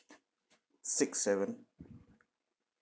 six seven